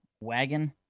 wagon